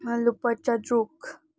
ꯂꯨꯄꯥ ꯆꯥꯇꯔꯨꯛ